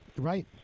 Right